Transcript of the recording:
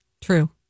True